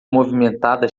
movimentada